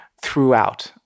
throughout